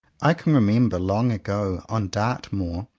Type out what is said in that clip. i can remember long ago, on dartmoor,